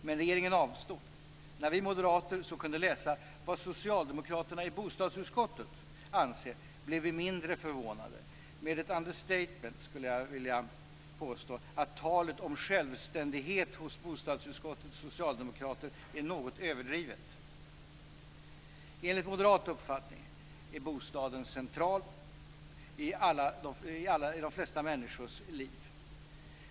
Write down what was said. Men regeringen avstod. När vi moderater så kunde läsa vad socialdemokraterna i bostadsutskottet anser blev vi mindre förvånade. Med ett understatement skulle jag vilja påstå att talet om självständighet hos bostadsutskottets socialdemokrater är något överdrivet. Enligt moderat uppfattning är bostaden central i de flesta människors liv.